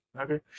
Okay